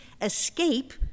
escape